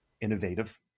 innovative